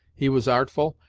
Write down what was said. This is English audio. he was artful,